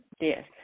Yes